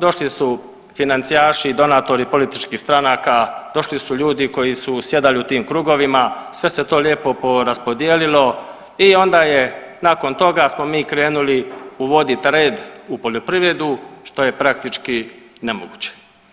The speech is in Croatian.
došli su financijaši i donatori političkih stranaka, došli su ljudi koji su sjedali u tim krugovima, sve se to lijepo poraspodijelilo i onda je nakon toga smo mi krenuli uvodit red u poljoprivredu što je praktički nemoguće.